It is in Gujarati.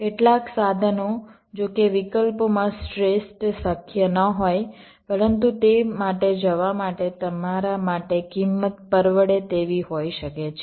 કેટલાક સાધનો જો કે વિકલ્પોમાં શ્રેષ્ઠ શક્ય ન હોય પરંતુ તે માટે જવા માટે તમારા માટે કિંમત પરવડે તેવી હોઈ શકે છે